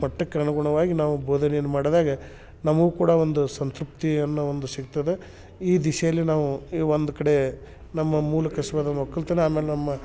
ಮಟ್ಟಕ್ಕೆ ಅನುಗುಣವಾಗಿ ನಾವು ಬೋಧನೆಯನ್ನು ಮಾಡ್ದಾಗ ನಮಗೂ ಕೂಡ ಒಂದು ಸಂತೃಪ್ತಿ ಅನ್ನೊ ಒಂದು ಸಿಗ್ತದೆ ಈ ದಿಸೆಯಲ್ಲಿ ನಾವು ಈ ಒಂದು ಕಡೆ ನಮ್ಮ ಮೂಲ ಕಸುಬಾದ ಒಕ್ಕಲ್ತನ ಆಮೇಲೆ ನಮ್ಮ